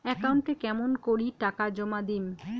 একাউন্টে কেমন করি টাকা জমা দিম?